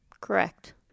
Correct